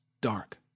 dark